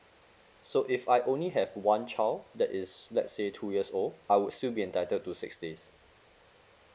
so if I only have one child that is let's say two years old I would still be entitle to six days